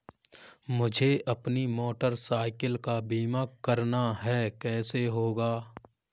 मुझे अपनी motorcycle का बीमा करना है कैसे होगा?